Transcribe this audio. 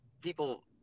people